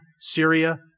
Syria